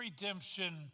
redemption